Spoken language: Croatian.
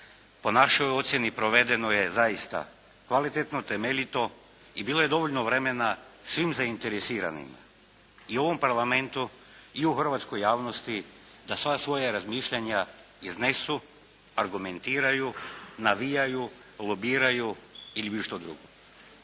po našoj ocjeni provedeno je zaista kvalitetno, temeljito i bilo je dovoljno vremena svim zainteresiranima i u ovom Parlamentu i u hrvatskoj javnosti da sva svoja razmišljanja iznesu, argumentiraju, navijaju, lobiraju ili bilo što drugo.